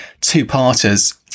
two-parters